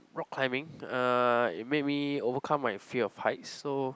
rock climbing uh it made me overcome my fear of heights so